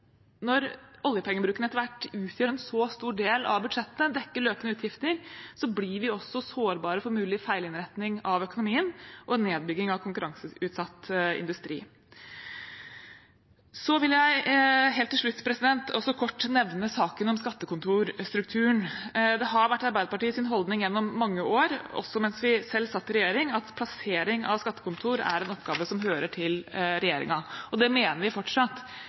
oljepengebruken etter hvert utgjør en så stor del av budsjettet og dekker løpende utgifter, blir vi også sårbare for mulig feilinnretning av økonomien og nedbygging av konkurranseutsatt industri. Til slutt vil jeg kort nevne saken om skattekontorstrukturen. Det har vært Arbeiderpartiets holdning gjennom mange år, også mens vi selv satt i regjering, at plassering av skattekontor er en oppgave som hører til regjeringen. Det mener vi fortsatt.